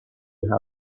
who